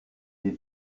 est